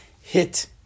hit